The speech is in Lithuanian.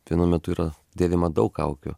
vienu metu yra dėvima daug kaukių